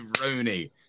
Rooney